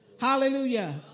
Hallelujah